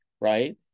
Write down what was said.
right